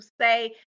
say